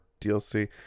DLC